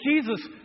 Jesus